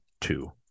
two